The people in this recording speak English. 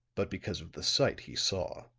but because of the sight he saw.